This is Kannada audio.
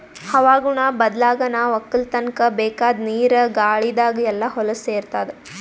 ಹವಾಗುಣ ಬದ್ಲಾಗನಾ ವಕ್ಕಲತನ್ಕ ಬೇಕಾದ್ ನೀರ ಗಾಳಿದಾಗ್ ಎಲ್ಲಾ ಹೊಲಸ್ ಸೇರತಾದ